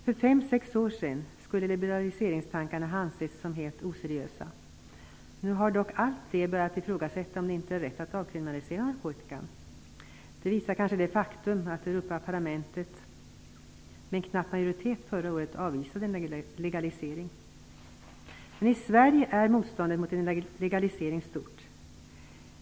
För fem-sex år sedan skulle liberaliseringstankarna ha ansetts som helt oseriösa. Nu har dock allt fler börjat undra om det inte är rätt att avkriminalisera narkotikan. Det visar kanske det faktum att Europaparlamentet förra året endast med knapp majoritet avvisade en legalisering. I Sverige är motståndet mot en legalisering stort.